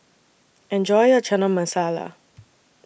Enjoy your Chana Masala